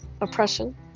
oppression